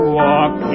walk